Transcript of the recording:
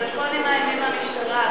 טלפונים מאיימים מהמשטרה,